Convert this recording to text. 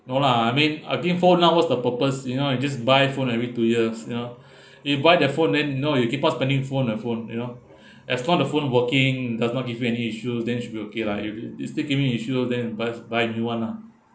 no lah I mean I think for now what's the purpose you know I just buy phone every two years you know if you buy their phone then you know keep on spending phone the phone you know as long the phone working does not give you any issues then should be okay lah if it it's keep giving me issue then buys buy a new [one] lah